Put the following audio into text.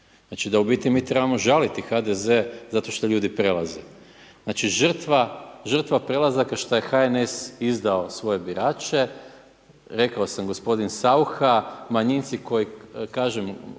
Znači da u biti mi trebamo žaliti HDZ zato što ljudi prelaze. Znači žrtva, žrtva prelazaka što je HNS izdao svoje birače. Rekao sam gospodin Saucha, manjinci koji kažem